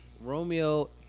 Romeo